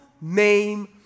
name